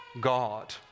God